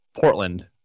Portland